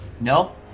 No